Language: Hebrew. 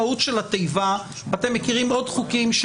אתם מכירים עוד חוקים,